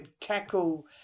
tackle